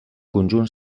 conjunt